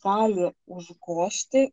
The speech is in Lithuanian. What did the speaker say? gali užgožti